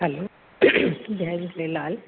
हलो जय झूलेलाल